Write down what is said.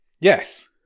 Yes